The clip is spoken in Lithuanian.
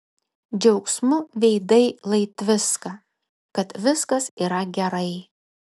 džiaugsmu veidai lai tviska kad viskas yra gerai